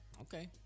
okay